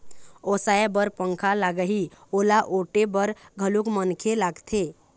ओसाय बर पंखा लागही, ओला ओटे बर घलोक मनखे लागथे